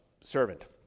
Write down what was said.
servant